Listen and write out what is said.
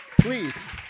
Please